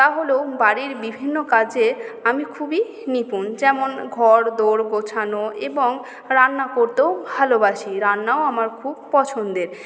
তাহলেও বাড়ির বিভিন্ন কাজে আমি খুবই নিপুণ যেমন ঘরদোর গোছানো এবং রান্না করতেও ভালোবাসি রান্নাও আমার খুব পছন্দের